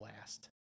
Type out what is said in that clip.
last